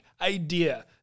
idea